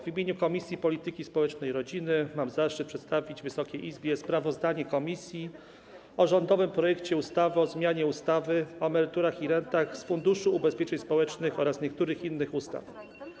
W imieniu Komisji Polityki Społecznej i Rodziny mam zaszczyt przedstawić Wysokiej Izbie sprawozdanie o rządowym projekcie ustawy o zmianie ustawy o emeryturach i rentach z Funduszu Ubezpieczeń Społecznych oraz niektórych innych ustaw.